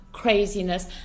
craziness